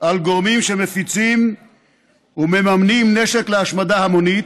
על גורמים שמפיצים ומממנים נשק להשמדה המונית,